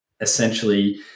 essentially